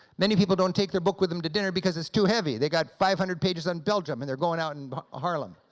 many people don't take their book with them to dinner because it's too heavy. they got five hundred pages on belgium and they're going out in haarlem.